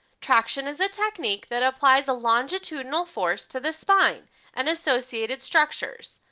traction is a technique that applies a longitudinal force to the spine and associated structures,